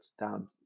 down